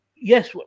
yes